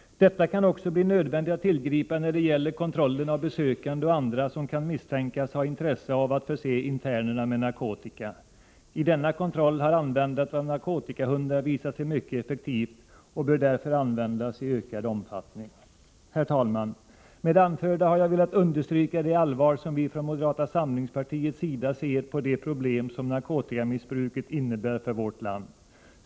Detta kan också bli nödvändigt när det gäller kontrollen av besökande och andra som kan misstänkas ha intresse av att förse internerna med narkotika. I denna kontroll har narkotikahundar visat sig mycket effektiva och de bör därför användas i ökad omfattning. Herr talman! Med det nu anförda har jag velat understryka det allvar med vilket vi från moderata samlingspartiets sida ser på de problem som — narkotikamissbruket innebär för vårt land.